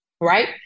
right